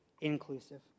inclusive